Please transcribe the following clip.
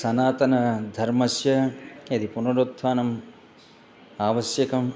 सनातनधर्मस्य यदि पुनरुत्थानम् आवश्यकम्